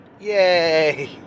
yay